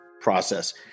process